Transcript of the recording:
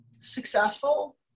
successful